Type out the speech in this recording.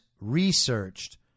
researched